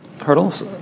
Hurdles